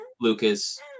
lucas